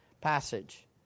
passage